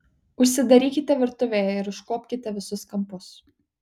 užsidarykite virtuvėje ir iškuopkite visus kampus